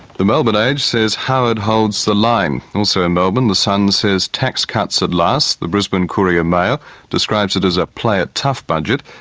the melbourne age says howard holds the line. also in melbourne the sun says tax cuts at last. the brisbane courier mail describes it as a play it tough budget.